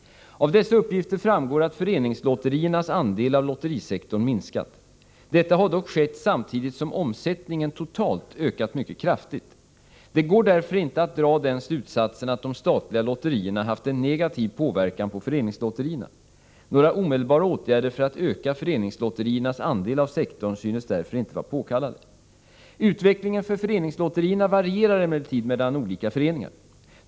Av dessa uppgifter framgår att föreningslotteriernas andel av lotterisektorn minskat. Detta har dock skett samtidigt som omsättningen totalt ökat mycket kraftigt. Det går därför inte att dra den slutsatsen att de statliga lotterierna haft en negativ påverkan på föreningslotterierna. Några omedelbara åtgärder för att öka föreningslotteriernas andel av sektorn synes därför inte vara påkallade. Utvecklingen för föreningslotterierna varierar emellertid mellan olika föreningar.